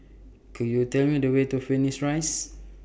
Could YOU Tell Me The Way to Phoenix Rise